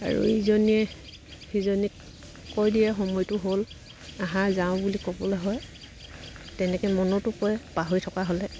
আৰু ইজনীয়ে সিজনীক কৈ দিয়ে সময়টো হ'ল আহা যাওঁ বুলি ক'বলৈ হয় তেনেকৈ মনতো পৰে পাহৰি থকা হ'লে